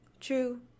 True